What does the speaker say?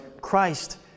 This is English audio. Christ